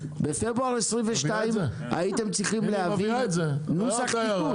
בפברואר 22' הייתם צריכים להביא נוסח תיקון.